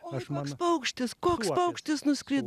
oi koks paukštis koks paukštis nuskrido